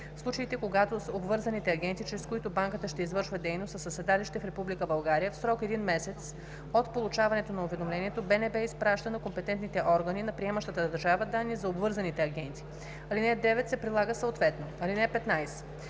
В случаите, когато обвързаните агенти, чрез които банката ще извършва дейност са със седалище в Република България, в срок един месец от получаването на уведомлението БНБ изпраща на компетентните органи на приемащата държава данни за обвързаните агенти. Алинея 9 се прилага съответно. (15)